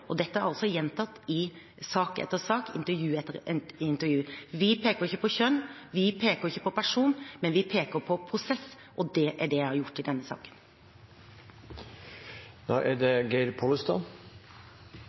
prosess. Dette er altså gjentatt i sak etter sak og intervju etter intervju. Vi peker ikke på kjønn, vi peker ikke på person, men vi peker på prosess, og det er det jeg har gjort i denne saken.